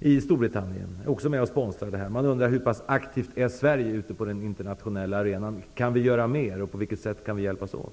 i Storbritannien sponsrar det här, undrar man hur aktivt Sverige är på den internationella arenan. Kan Sverige göra mer? På vilket sätt kan vi hjälpas åt?